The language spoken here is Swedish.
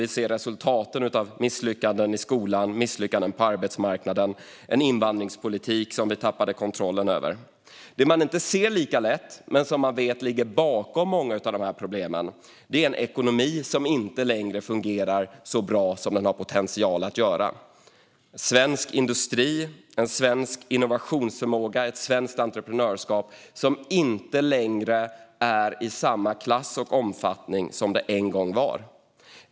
Vi ser resultaten av misslyckanden i skolan och på arbetsmarknaden och av en invandringspolitik som vi har tappat kontrollen över. Det man inte ser lika lätt men som man vet ligger bakom många av problemen är en ekonomi som inte längre fungerar så bra som den har potential att göra. Svensk industri, svensk innovationsförmåga och svenskt entreprenörskap är inte längre i samma klass och omfattning som de en gång var.